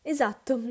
Esatto